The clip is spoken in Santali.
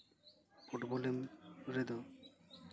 ᱯᱷᱩᱴᱵᱚᱞᱮᱢ ᱨᱮᱫᱚ